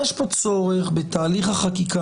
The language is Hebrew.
יש פה צורך בתהליך החקיקה,